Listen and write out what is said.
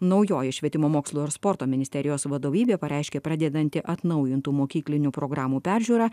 naujoji švietimo mokslo ir sporto ministerijos vadovybė pareiškė pradedanti atnaujintų mokyklinių programų peržiūrą